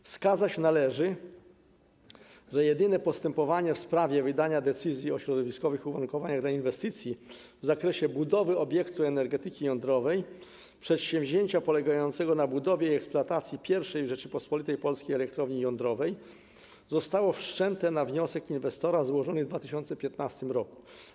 Wskazać należy, że jedyne postępowanie w sprawie wydania decyzji o środowiskowych uwarunkowaniach dla inwestycji w zakresie budowy obiektu energetyki jądrowej, przedsięwzięcia polegającego na budowie i eksploatacji pierwszej w Rzeczypospolitej Polskiej elektrowni jądrowej zostało wszczęte na wniosek inwestora złożony w 2015 r.